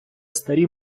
старі